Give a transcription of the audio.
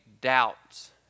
doubts